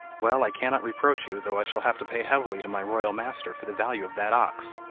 well, i cannot reproach you, though i shall have to pay heavily to my royal master for the value of that ox.